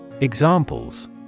Examples